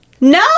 no